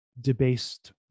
debased